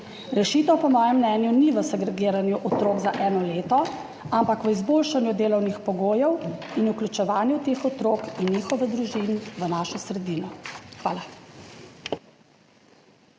Rešitev po mojem mnenju ni v segregiranju otrok za eno leto, ampak v izboljšanju delovnih pogojev in vključevanju teh otrok in njihovih družin v našo sredino. Hvala.